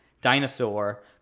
dinosaur